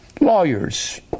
lawyers